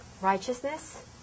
Righteousness